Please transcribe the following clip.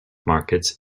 markets